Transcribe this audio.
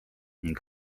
ning